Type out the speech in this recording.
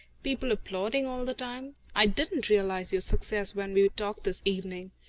people applauding all the time. i didn't realise your success when we talked this evening.